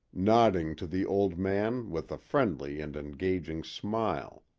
nodding to the old man with a friendly and engaging smile.